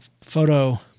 photo